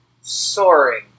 soaring